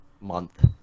month